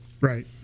right